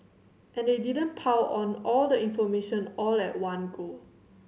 and they didn't pile on all the information all at one go